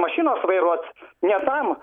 mašinos vairuot ne tam